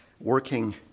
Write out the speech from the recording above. working